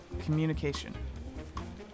communication